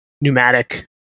pneumatic